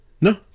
No